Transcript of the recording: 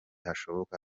hashoboka